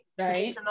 right